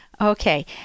Okay